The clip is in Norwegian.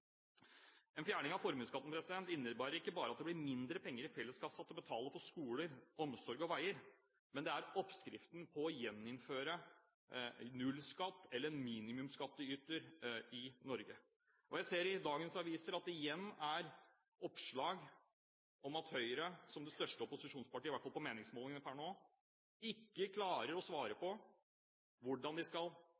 En fjerning av formuesskatten innebærer ikke bare at det blir mindre penger i felleskassen til å betale for skoler, omsorg og veier, men det er oppskriften på å gjeninnføre nullskatt- eller minimumsskattytere i Norge. Jeg ser i dagens aviser at det igjen er oppslag om at Høyre, som det største opposisjonspartiet – i hvert fall på meningsmålingene per nå – ikke klarer å svare på